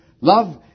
love